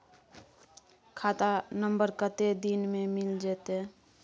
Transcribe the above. खाता नंबर कत्ते दिन मे मिल जेतै?